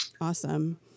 Awesome